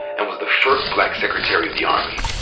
and was the first black secretary of the army.